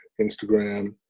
Instagram